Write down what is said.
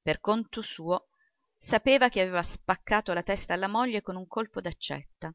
per conto suo sapeva che aveva spaccato la testa alla moglie con un colpo d'accetta